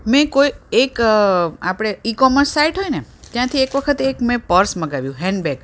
મેં કોઈ એક આપણે ઇ કોમર્સ સાઇટ હોય ને ત્યાંથી એક વખત એક મેં પર્સ મંગાવ્યું હેન્ડબેગ